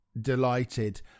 delighted